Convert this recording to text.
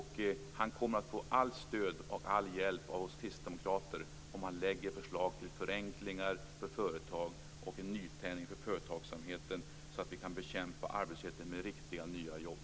Han kommer att få allt stöd och all hjälp av oss kristdemokrater om han lägger fram förslag till förenklingar för företag och ger företagsamheten en nytändning så att vi kan bekämpa arbetslösheten med riktiga och nya jobb.